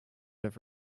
have